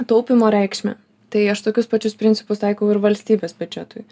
taupymo reikšmę tai aš tokius pačius principus taikau ir valstybės biudžetui